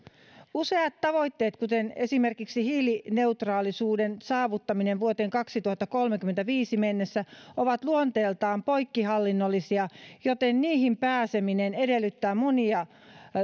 useat tavoitteet kuten esimerkiksi hiilineutraalisuuden saavuttaminen vuoteen kaksituhattakolmekymmentäviisi mennessä ovat luonteeltaan poikkihallinnollisia joten niihin pääseminen edellyttää monia